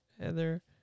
Heather